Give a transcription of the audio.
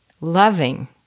loving